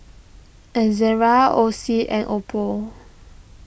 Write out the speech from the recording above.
Ezerra Oxy and Oppo